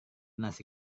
nasi